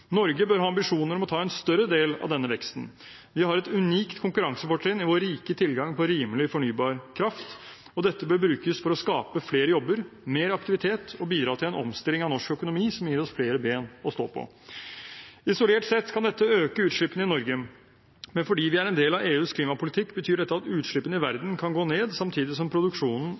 Norge bør ha ambisjoner om å ta en større del av denne veksten. Vi har et unikt konkurransefortrinn i vår rike tilgang på rimelig, fornybar kraft, og dette bør brukes for å skape flere jobber, mer aktivitet og bidra til en omstilling av norsk økonomi som gir oss flere ben å stå på. Isolert sett kan dette øke utslippene i Norge, men fordi vi er en del av EUs klimapolitikk, betyr dette at utslippene i